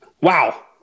Wow